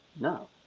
No